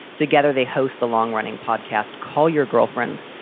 together, they host the long running podcast, call your girlfriend,